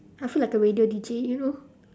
I feel like a radio D_J you know